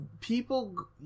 people